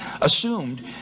Assumed